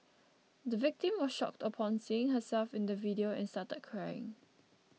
the victim was shocked upon seeing herself in the video and started crying